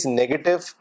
negative